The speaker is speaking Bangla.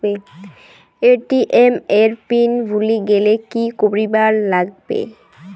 এ.টি.এম এর পিন ভুলি গেলে কি করিবার লাগবে?